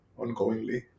ongoingly